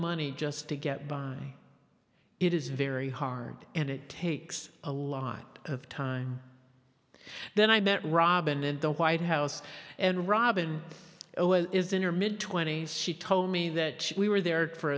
money just to get by it is very hard and it takes a lot of time then i met robin in the white house and robin zero is in her mid twenty's she told me that we were there for